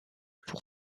pour